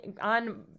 on